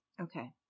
Okay